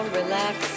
relax